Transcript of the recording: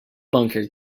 bunker